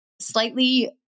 slightly